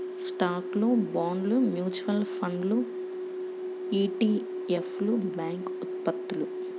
స్టాక్లు, బాండ్లు, మ్యూచువల్ ఫండ్లు ఇ.టి.ఎఫ్లు, బ్యాంక్ ఉత్పత్తులు